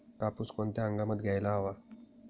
कापूस कोणत्या हंगामात घ्यायला हवा?